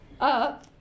up